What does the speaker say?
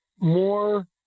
more